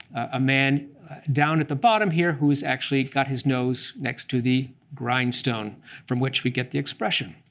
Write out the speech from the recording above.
a man down at the bottom here who has actually got his nose next to the grindstone from which we get the expression.